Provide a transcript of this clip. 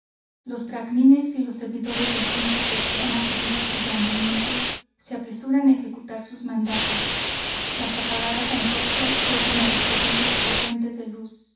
los bracmines y los servidores del príncipe que han acudido a su llamamiento se apresuran a ejecutar sus mandatos las apagadas antorchas vuelven a despedir torrentes de luz